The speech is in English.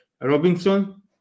Robinson